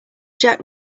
jack